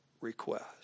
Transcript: request